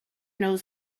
knows